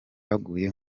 baguye